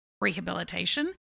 rehabilitation